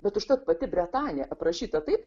bet užtat pati bretanė aprašyta taip